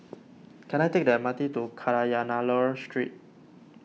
can I take the M R T to Kadayanallur Street